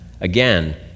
Again